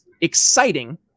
exciting